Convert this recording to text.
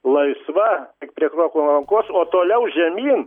laisva prie krokų lankos o toliau žemyn